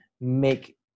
make